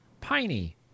Piney